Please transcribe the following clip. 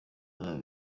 araba